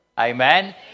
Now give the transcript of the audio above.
Amen